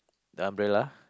the umbrella